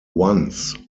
once